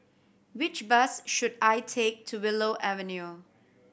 which bus should I take to Willow Avenue